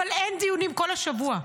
אבל אין דיונים כל השבוע.